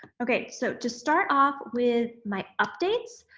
okay. so just start off with my updates,